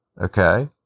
okay